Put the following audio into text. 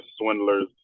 swindlers